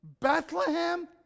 Bethlehem